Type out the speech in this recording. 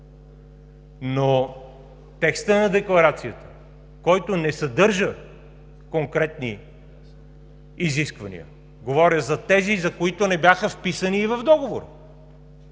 – текстът на Декларацията, който не съдържа конкретни изисквания – говоря за тези, за които не бяха вписани и в Договора?!